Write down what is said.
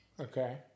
Okay